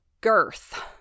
girth